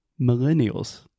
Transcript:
Millennials